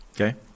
Okay